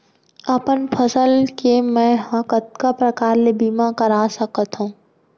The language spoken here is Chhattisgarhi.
अपन फसल के मै ह कतका प्रकार ले बीमा करा सकथो?